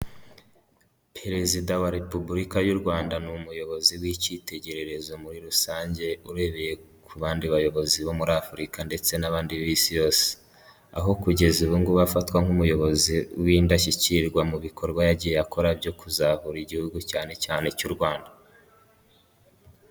Perezida wa repubulika y'u Rwanda ni umuyobozi w'icyitegererezo muri rusange, urebeye ku bandi bayobozi bo muri Afurika ndetse n'abandi b'isi yose, aho kugeza ubu ngubu bafatwa nk'umuyobozi w'indashyikirwa mu bikorwa yagiye akora byo kuzahura igihugu cyane cyane cy'u Rwanda.